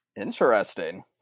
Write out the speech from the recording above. Interesting